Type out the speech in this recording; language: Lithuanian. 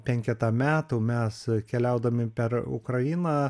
penketą metų mes keliaudami per ukrainą